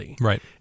Right